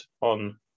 on